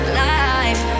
life